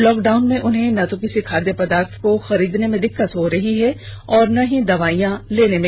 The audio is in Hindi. लॉकडाउन में उन्हें न तो किसी खाद्य पदार्थ को खरीदने में दिक्कत हो रही है और न ही दवाइयां लेने में